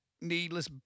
needless